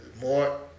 more